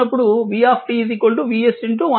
ఇది సమీకరణం 50